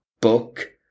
book